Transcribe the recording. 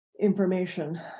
information